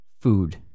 food